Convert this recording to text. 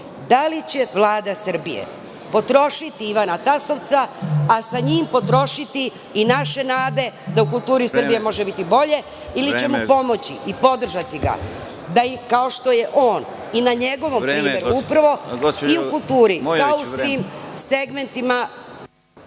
Da li će Vlada Srbije potrošiti Ivana Tasovca, a sa njim potrošiti i naše nade da u kulturi Srbije može biti bolje ili će mu pomoći i podržati ga da i kao što je on i na njegovom primeru upravo i u kulturi kao u svim segmentima